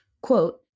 quote